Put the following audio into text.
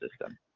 system